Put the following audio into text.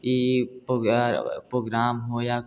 ई पोगयार पोग्राम हो या